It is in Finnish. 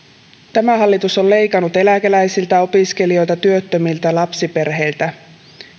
tämä hallitus on leikannut eläkeläisiltä opiskelijoilta työttömiltä lapsiperheiltä